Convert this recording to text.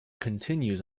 continues